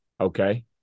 Okay